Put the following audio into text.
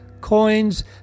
coins